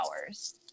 hours